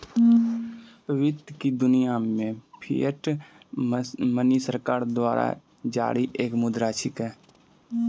वित्त की दुनिया मे फिएट मनी सरकार द्वारा जारी एक मुद्रा छिकै